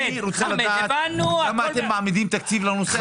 אני רוצה לדעת כמה אתם מעמידים תקציב לנושא הזה.